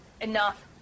enough